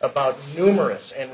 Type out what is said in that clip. about numerous and